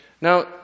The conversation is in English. Now